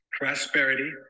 prosperity